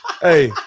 hey